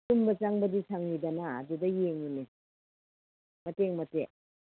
ꯇꯨꯝꯕ ꯆꯪꯕꯗꯤ ꯁꯪꯉꯤꯗꯅ ꯑꯗꯨꯗ ꯌꯦꯡꯏꯅꯤ ꯃꯇꯦꯛ ꯃꯇꯦꯛ